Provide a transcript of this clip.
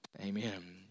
Amen